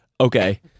Okay